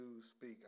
speak